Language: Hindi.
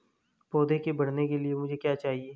पौधे के बढ़ने के लिए मुझे क्या चाहिए?